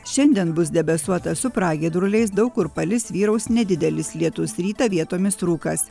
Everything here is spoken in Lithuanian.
šiandien bus debesuota su pragiedruliais daug kur palis vyraus nedidelis lietus rytą vietomis rūkas